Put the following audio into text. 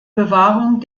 bewahrung